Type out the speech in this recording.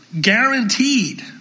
guaranteed